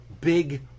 big